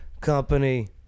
company